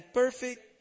perfect